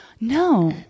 No